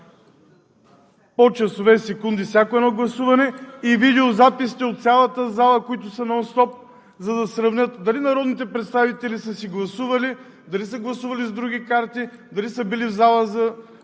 по часове и секунди всяко едно гласуване, и видеозаписите от цялата зала, които са нон-стоп, за да сравнят дали народните представители са гласували, дали са гласували с други карти, дали са били в залата